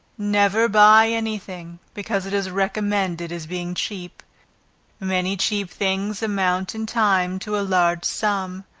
never buy any thing because it is recommended as being cheap many cheap things amount in time to a large sum.